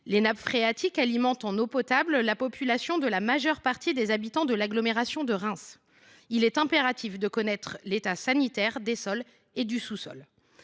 Les nappes phréatiques voisines alimentent en eau potable la population de la majeure partie de l’agglomération de Reims ; il est donc impératif de connaître l’état sanitaire des sols et du sous sol.